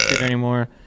anymore